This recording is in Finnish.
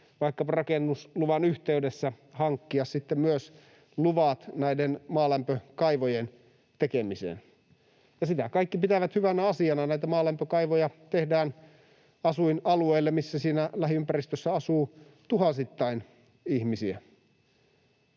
vaikkapa rakennusluvan yhteydessä hankkia sitten myös luvat näiden maalämpökaivojen tekemiseen, ja sitä kaikki pitävät hyvänä asiana. Näitä maalämpökaivoja tehdään asuinalueille, missä siinä lähiympäristössä asuu tuhansittain ihmisiä.